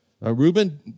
Reuben